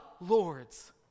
Lords